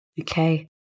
Okay